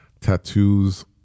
tattoos